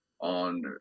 on